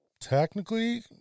technically